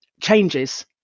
changes